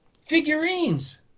figurines